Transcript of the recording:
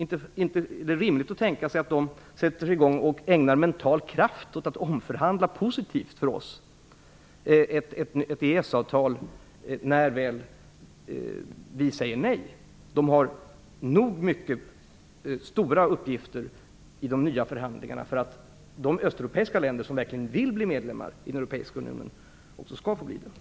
Det är inte rimligt att tänka sig att de skall ägna mental kraft åt att omförhandla ett EES avtal i en för oss positiv riktning när vi väl säger nej. De har tillräckligt stora uppgifter i de nya förhandlingarna för att de östeuropeiska länder som verkligen vill bli medlemmar i Europeiska unionen också verkligen skall bli det.